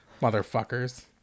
Motherfuckers